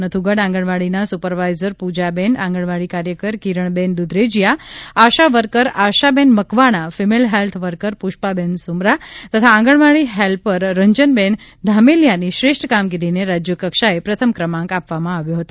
નથુગઢ આંગણવાડીના સુપરવાઇઝર પુજાબેન આંગણવાડી કાર્યકર Kiranben Dudhrejiya ASHA worker Ashaben Makwana female health worker Pushpaben Sumra તથા આંગણવાડી હેલ્પર રંજનબે ધામેલીયાની શ્રેષ્ઠ કામગીરીને રાજ્યકક્ષાએ પ્રથમ ક્રમાંક આપવામાં આવ્યો હતો